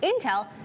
Intel